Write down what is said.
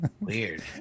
Weird